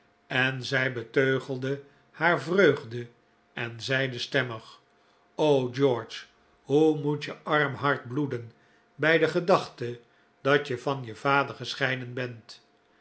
en zij beteugelde haar vreugde en zeide stemmig o george hoe moet je arm hart bloeden bij de gedachte dat je van je vader gescheiden bent